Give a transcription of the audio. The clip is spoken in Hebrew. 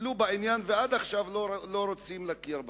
טיפלו בעניין, ועד עכשיו לא רוצים להכיר בה.